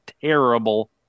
terrible